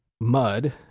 mud